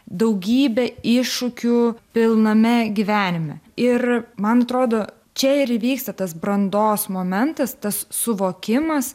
daugybę iššūkių pilname gyvenime ir man atrodo čia ir įvyksta tas brandos momentas tas suvokimas